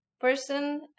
person